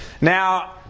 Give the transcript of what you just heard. Now